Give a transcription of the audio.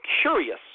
curious